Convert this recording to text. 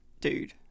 Dude